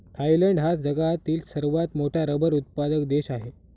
Thailand हा जगातील सर्वात मोठा रबर उत्पादक देश आहे